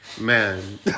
man